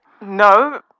No